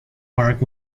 park